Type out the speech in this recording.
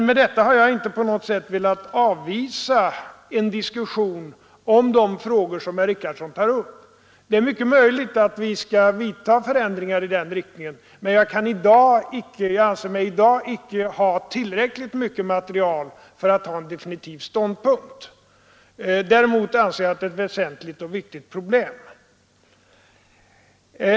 Med detta har jag inte på något sätt velat avvisa en diskussion om de frågor som herr Richardson tar upp. Det är mycket möjligt att vi skall vidta förändringar i den riktningen, men jag anser mig i dag icke ha tillräckligt mycket material för att ta definitiv ståndpunkt. Däremot anser jag att det är ett väsentligt och viktigt problem.